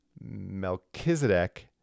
Melchizedek